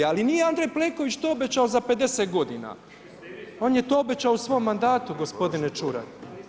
Ali nije Andrej Plenković to obećao za 50 godina, on je to obećao u svom mandatu gospodine Čuraj.